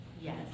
Yes